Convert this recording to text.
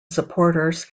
supporters